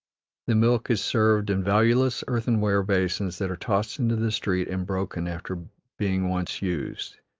the milk is served in valueless earthenware basins that are tossed into the street and broken after being once used.